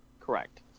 Correct